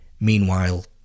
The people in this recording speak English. Meanwhile